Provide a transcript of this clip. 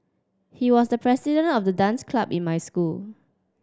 he was the president of the dance club in my school